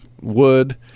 wood